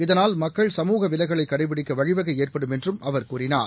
இதனால் மக்கள் சமூக விலகலை கடைபிடிக்க வழிவகை ஏற்படும் என்றும் அவர் கூறினார்